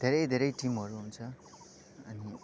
धेरै धेरै टिमहरू हुन्छ अनि